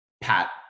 Pat